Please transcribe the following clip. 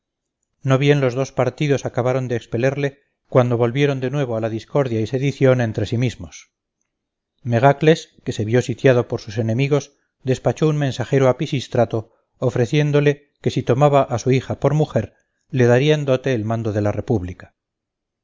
no bien los dos partidos acabaron de expelerle cuando volvieron de nuevo a la discordia y sedición entre sí mismos megacles que se vio sitiado por sus enemigos despachó un mensajero a pisístrato ofreciéndolo que si tomaba a su hija por mujer le daría en dote el mando de la república